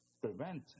prevent